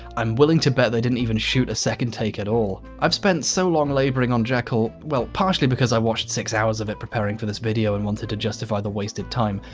i'm willing to bet they didn't even shoot a second take at all. i've spent so long laboring on jekyll well, partially because i watched six hours of it preparing for this video and wanted to justify the wasted time.